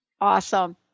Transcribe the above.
Awesome